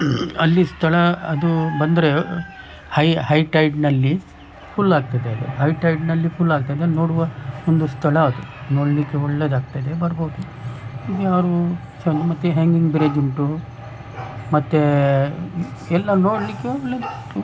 ಅಲ್ಲಿ ಸ್ಥಳ ಅದೂ ಬಂದರೆ ಹೈ ಹೈ ಟೈಡ್ನಲ್ಲಿ ಫುಲ್ ಆಗ್ತದೆ ಅದು ಹೈ ಟೈಡ್ನಲ್ಲಿ ಫುಲ್ ಆಗ್ತದೆ ಅದನ್ನ ನೋಡುವ ಒಂದು ಸ್ಥಳ ಅದು ನೋಡಲಿಕ್ಕೆ ಒಳ್ಳೆದಾಗ್ತದೆ ಬರ್ಬೋದು ಯಾರೂ ಚಂ ಮತ್ತೆ ಹ್ಯಾಂಗಿಂಗ್ ಬ್ರಿಡ್ಜ್ ಉಂಟು ಮತ್ತೇ ಎಲ್ಲ ನೋಡಲಿಕ್ಕೆ ಒಳ್ಳೆದು ಉಂಟು